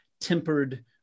tempered